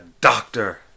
doctor